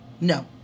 No